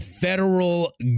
federal